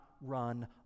run